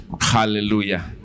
Hallelujah